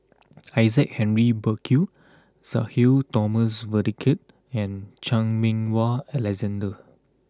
Isaac Henry Burkill Sudhir Thomas Vadaketh and Chan Meng Wah Alexander